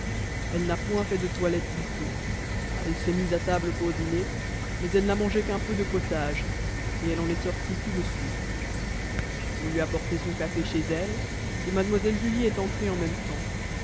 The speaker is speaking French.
elle n'a point fait de toilette du tout elle s'est mise à table pour dîner mais elle n'a mangé qu'un peu de potage elle en est sortie tout de suite on lui a porté son café chez elle mlle julie y est entrée en même temps